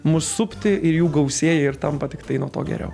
mus supti ir jų gausėja ir tampa tiktai nuo to geriau